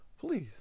please